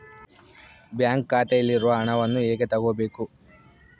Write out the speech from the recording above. Bank ಖಾತೆಯಲ್ಲಿರುವ ಹಣವನ್ನು ಹೇಗೆ ತಗೋಬೇಕು?